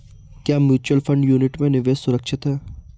क्या mutual fund unit में निवेश सुरक्षित है?